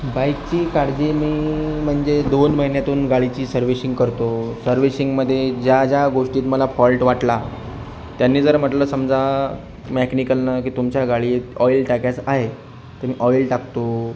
बाईकची काळजी मी म्हणजे दोन महिन्यातून गाडीची सर्व्हिशिंग करतो सर्व्हिशिंगमध्ये ज्या ज्या गोष्टीत मला फॉल्ट वाटला त्यांनी जर म्हटलं समजा मॅकनिकलनं की तुमच्या गाडीत ऑइल टाकायचं आहे तर मी ऑइल टाकतो